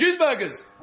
cheeseburgers